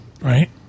Right